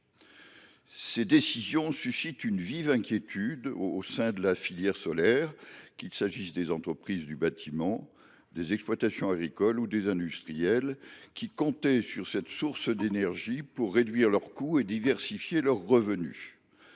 Ces décisions suscitent une vive inquiétude au sein de la filière solaire, qu’il s’agisse des entreprises du bâtiment, des exploitants agricoles ou des industriels, qui comptaient sur cette source d’énergie pour réduire leurs coûts et diversifier leurs revenus.